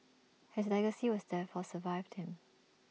his legacy was therefore survived him